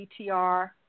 BTR